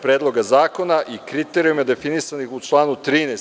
Predloga zakona i kriterijuma definisanih u članu 13.